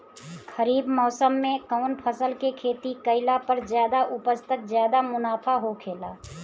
खरीफ़ मौसम में कउन फसल के खेती कइला पर ज्यादा उपज तथा ज्यादा मुनाफा होखेला?